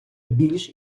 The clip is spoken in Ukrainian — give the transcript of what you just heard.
більш